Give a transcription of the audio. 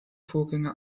vorgänge